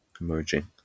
emerging